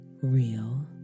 real